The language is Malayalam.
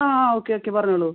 ആ ആ ഓക്കെ ഓക്കെ പറഞ്ഞോളൂ